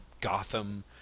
Gotham